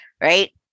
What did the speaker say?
right